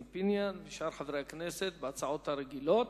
פיניאן ושאר חברי הכנסת בהצעות הדחופות,